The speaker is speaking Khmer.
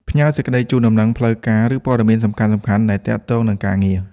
ផ្ញើ សេចក្តីជូនដំណឹង ផ្លូវការ ឬព័ត៌មានសំខាន់ៗដែលទាក់ទងនឹងការងារ។